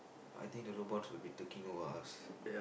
I think the robots will be taking over us